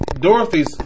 Dorothy's